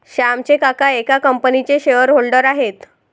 श्यामचे काका एका कंपनीचे शेअर होल्डर आहेत